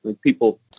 People